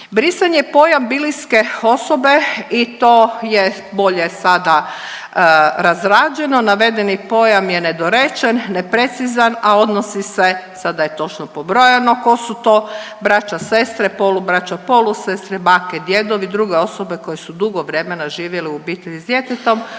Brisan je pojam bliske osobe i to je bolje sada razrađeno. Navedeni pojam je nedorečen, neprecizan a odnosi se sada je točno pobrojano tko su to braća, sestre, polubraća, polusestre, bake, djedovi, druge osobe koje su dugo vremena živjele u obitelji sa djetetom